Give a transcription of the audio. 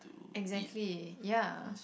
exactly ya